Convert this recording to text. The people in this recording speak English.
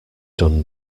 done